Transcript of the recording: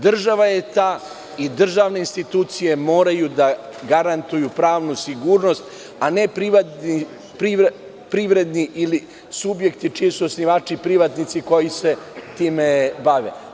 Država je ta i državne institucije moraju da garantuju pravnu sigurnost, a ne privreda i subjekti čiji su osnivači privatnici koji se time bave.